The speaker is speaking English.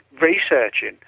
researching